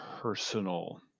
personal